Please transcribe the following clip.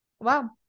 wow